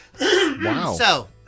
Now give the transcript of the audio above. Wow